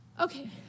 Okay